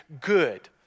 good